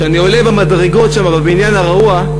שאני עולה במדרגות בבניין הרעוע,